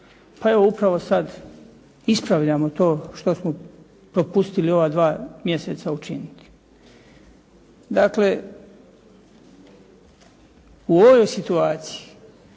Pa evo upravo sad ispravljamo to što smo propustili u ova 2 mjeseca učiniti. Dakle, u ovoj situaciji